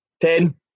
Ten